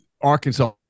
Arkansas